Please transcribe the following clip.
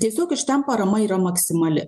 tiesiog iš ten parama yra maksimali